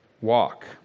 walk